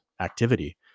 activity